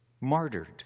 martyred